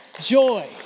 joy